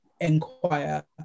inquire